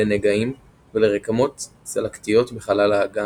לנגעים ולרקמות צלקתיות בחלל האגן,